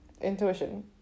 Intuition